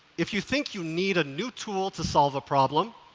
if you think you need a new tool to solve a problem,